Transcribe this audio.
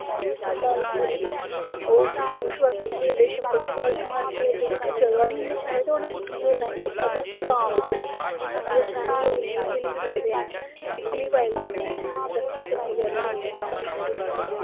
ते गल्ल पूरी एह् ओह् शू शोआकी खेलदे छप्पन छपाई घर खेलदे उत्थें जगह् नी होंदी शैह्रें ते उ'नें कुत्थूं खेलना एह् सब अस ग्रांऽ बिच्च गै करी सकदे शैह्री लोक नेईं खेली सकदे ऐं कीकली पाई लैंदे न रस्से टप्पी करी लैंदे न